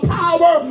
power